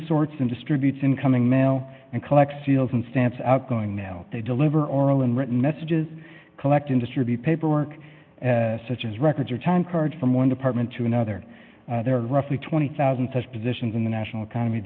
sorts and distributes incoming mail and collects seals and stance outgoing mail they deliver oral and written messages collect industry paperwork such as records or time cards from one department to another there are roughly twenty thousand such positions in the national economy